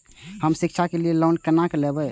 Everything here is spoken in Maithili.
हम शिक्षा के लिए लोन केना लैब?